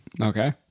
Okay